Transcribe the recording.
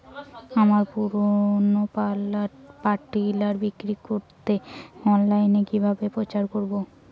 আমার পুরনো power tiller বিক্রি করাতে অনলাইনে কিভাবে প্রচার করব?